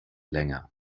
länger